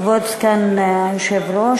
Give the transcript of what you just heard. כבוד סגן היושב-ראש,